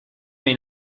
may